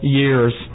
years